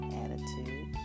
attitude